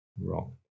wrong